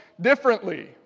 differently